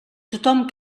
tothom